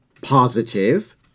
positive